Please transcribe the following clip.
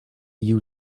you